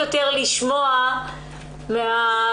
יש מעונות פרטיים טובים שאפשר להעביר לשם את הנערות.